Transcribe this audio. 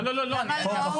למה לא?